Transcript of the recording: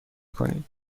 کنید